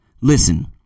Listen